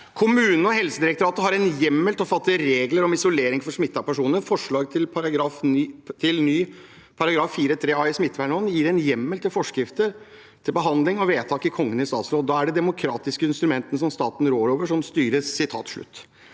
«Kommunene og Helsedirektoratet har en hjemmel til å fatte regler om isolering for smittede personer. Forslag til ny § 4-3 a i smittevernloven gir en hjemmel for Kongen, eventuelt forskrifter til behandling og vedtak i Kongen i statsråd. Da er det de demokratiske instrumentene staten rår over, som styrkes.»